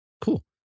Cool